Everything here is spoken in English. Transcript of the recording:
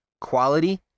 Quality